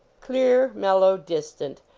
clear, mellow, distant,